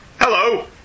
Hello